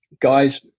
guys